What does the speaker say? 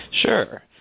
Sure